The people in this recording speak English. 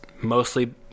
mostly